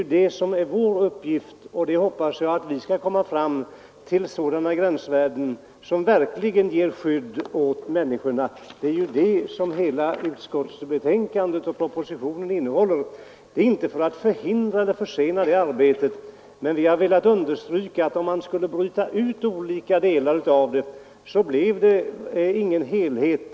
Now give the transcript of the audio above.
Jag hoppas att vi skall komma fram till gränsvärden som verkligen ger skydd åt människorna — det är ju det som hela utskottsbetänkandet och propositionen går ut på. Vi vill inte hindra eller försena det arbetet, men vi har velat understryka att om man skulle bryta ut olika delar av utredningsarbetet, skulle det inte bli någon helhet.